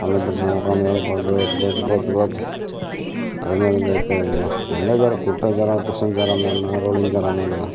அந்த பிரச்சனை உட்காந்து வேலை பார்த்து பார்த்து பார்த்து பார்த்து அதே மாதிரி இந்த இப்போ எந்த சேரை சேராக குஷன் சேராக இருந்தால் என்ன ரோலிங் சேராக இருந்தால் என்னங்க